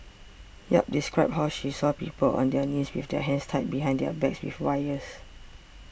yap described how she saw people on their knees with their hands tied behind their backs with wires